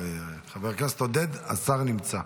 חבר הכנסת עודד, השר נמצא.